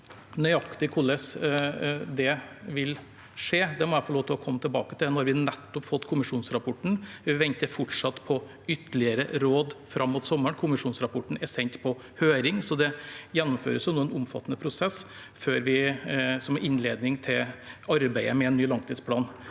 Nøyaktig hvordan det vil skje, må jeg få lov til å komme tilbake til. Nå har vi nettopp fått kommisjonsrapporten. Vi venter fortsatt på ytterligere råd fram mot sommeren. Kommisjonsrapporten er sendt på høring, så det gjennomføres nå en omfattende prosess som innledning til arbeidet med en ny langtidsplan.